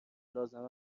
لازم